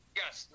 yes